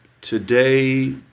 Today